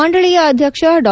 ಮಂಡಳಿಯ ಅಧ್ಯಕ್ಷ ಡಾ